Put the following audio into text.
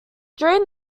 during